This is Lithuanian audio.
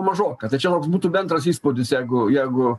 mažoka tai čia toks būtų bendras įspūdis jeigu jeigu